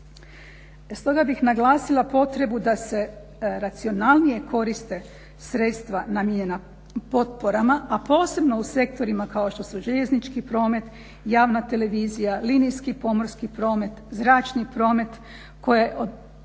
Stoga bih naglasila potrebu da se racionalnije koriste sredstva namijenjena potporama, a posebno u sektorima kao što su željeznički promet, javna televizija, linijski i pomorski promet, zračni promet koje uzimaju